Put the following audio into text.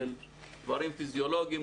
של דברים פיזיולוגיים,